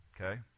Okay